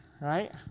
right